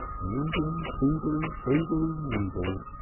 needly, tweedly, threedly, needly,